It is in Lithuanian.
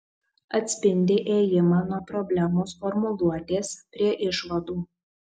atspindi ėjimą nuo problemos formuluotės prie išvadų